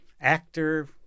actor